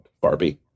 Barbie